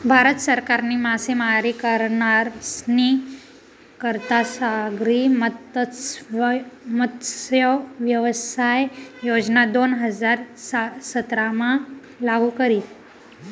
भारत सरकारनी मासेमारी करनारस्नी करता सागरी मत्स्यव्यवसाय योजना दोन हजार सतरामा लागू करी